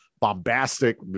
bombastic